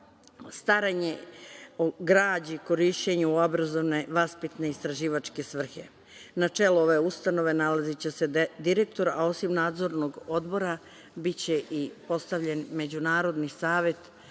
staranje o građi, korišćenju u obrazovno-vaspitne i istraživačke svrhe. Na čelu ove ustanove nalaziće se direktor, a osim nadzornog odbora biće postavljen i međunarodni savet